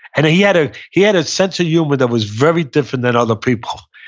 and he had ah he had a sense of humor that was very different than other people.